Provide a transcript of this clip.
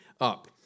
up